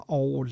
og